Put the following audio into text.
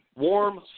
Warm